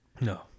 no